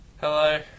Hello